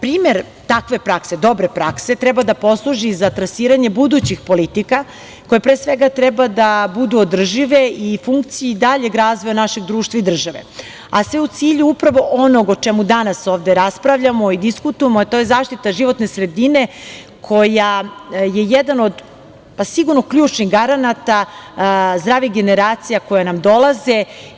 Primer takve prakse, dobre prakse treba da posluži za trasiranje budućih politika koje, pre svega, treba da budu održive u funkciji daljeg razvoja našeg društva i države, a sve u cilju upravo onog o čemu danas ovde raspravljamo i diskutujemo, a to je zaštita životne sredine koja je jedan od sigurno ključnih garanata zdrave generacije koje nam dolaze.